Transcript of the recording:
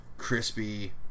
crispy